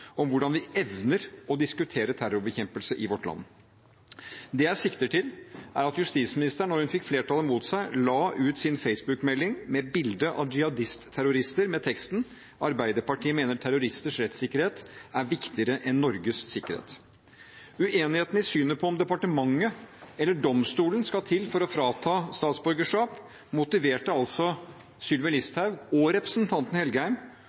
om hvordan vi evner å diskutere terrorbekjempelse i vårt land. Det jeg sikter til, er at justisministeren, da hun fikk flertallet mot seg, la ut sin Facebook-melding med bilde av jihadist-terrorister med teksten «Ap mener terroristenes rettigheter er viktigere enn nasjonens sikkerhet». Uenigheten i synet på om departementet eller domstolen skal til for å frata statsborgerskap, motiverte altså Sylvi Listhaug og representanten Helgheim